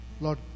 Lord